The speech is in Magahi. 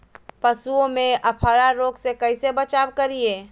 पशुओं में अफारा रोग से कैसे बचाव करिये?